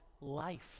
life